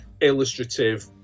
illustrative